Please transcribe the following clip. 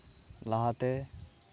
ᱞᱟᱦᱟᱛᱮ